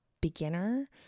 beginner